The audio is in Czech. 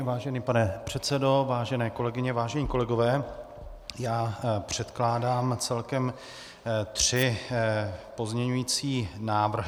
Vážený pane předsedo, vážené kolegyně, vážení kolegové, předkládám celkem tři pozměňovací návrhy.